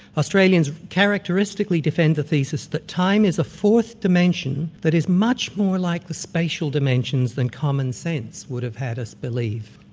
australians characteristically defend the thesis that time is a fourth dimension that is much more like the spatial dimensions than commonsense would have had us believe.